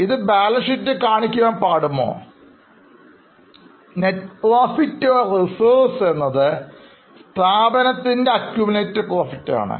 ഇത് Balance sheet കാണിക്കാൻ പാടുമോ Net profit or Reserves എന്നത് സ്ഥാപനത്തിൻറെ accumulated profit ആണ്